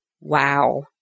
Wow